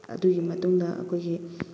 ꯑꯗꯨꯒꯤ ꯃꯇꯨꯡꯗ ꯑꯩꯈꯣꯏꯒꯤ